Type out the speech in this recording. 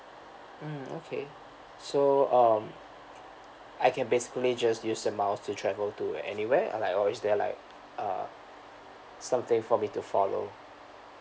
mm okay so um I can basically just use the miles to travel to anywhere or like or is there like uh something for me to follow